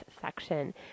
section